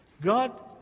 God